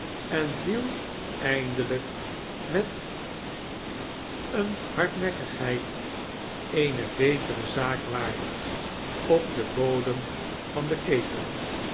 en viel eindiemjk imet eene hardkerstvertellingen nekkagheid eene betere zaak waardig op den bodem van den ketei